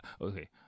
Okay